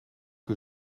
que